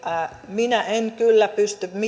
minä en kyllä pysty